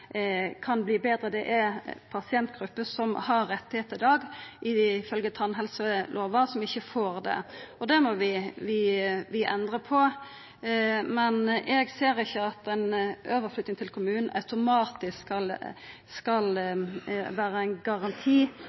som ikkje får det, og det må vi endra på, men eg ser ikkje at ei overflytting til kommunen automatisk skal vera ein garanti